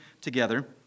together